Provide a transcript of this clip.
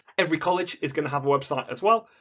every college is going to have a website as well,